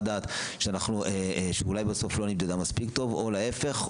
דעת שאולי בסוף לא נמדדה מספיק טוב או להיפך,